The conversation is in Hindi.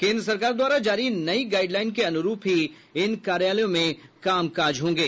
केन्द्र सरकार द्वारा जारी नई गाईडलाईन के अनुरूप ही इन कार्यालयों में कामकाज होंगे